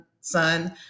son